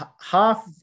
half